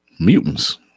mutants